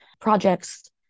projects